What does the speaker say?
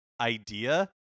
idea